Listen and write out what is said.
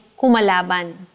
kumalaban